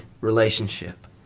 relationship